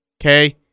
okay